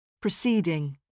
Proceeding